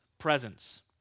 presence